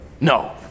No